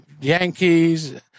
Yankees